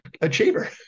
achiever